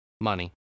Money